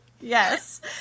Yes